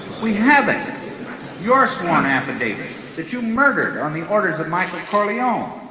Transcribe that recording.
we have it your sworn affidavit that you murdered on the orders of michael corleone.